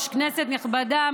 כנסת נכבדה,